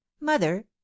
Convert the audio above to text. mother